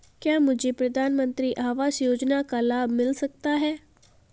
क्या मुझे प्रधानमंत्री आवास योजना का लाभ मिल सकता है?